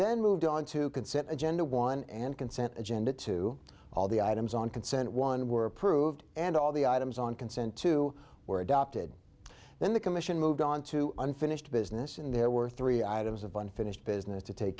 then moved on to consider agenda one and consent agenda to all the items on consent one were approved and all the items on consent to were adopted then the commission moved on to unfinished business in there were three items of unfinished business to take